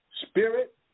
spirit